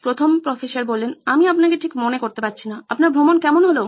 professor 1 আমি আপনাকে ঠিক মনে করতে পারছিনা আপনার ভ্রমণ কেমন হলো